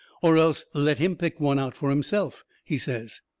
or else let him pick one out for himself, he says.